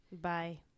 Bye